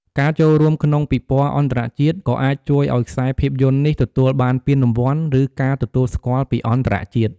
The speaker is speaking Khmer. ការចូលរួមក្នុងពិព័រណ៍អន្តរជាតិក៏អាចជួយឱ្យខ្សែភាពយន្តនេះទទួលបានពានរង្វាន់ ឬការទទួលស្គាល់ពីអន្តរជាតិ។